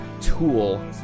Tool